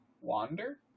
Wander